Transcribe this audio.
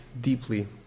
deeply